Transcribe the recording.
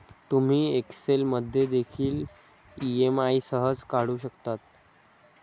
तुम्ही एक्सेल मध्ये देखील ई.एम.आई सहज काढू शकता